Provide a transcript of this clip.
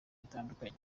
bitandukanye